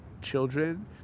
children